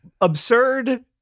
Absurd